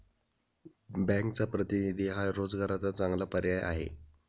बँकचा प्रतिनिधी हा रोजगाराचा चांगला पर्याय आहे